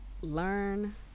learn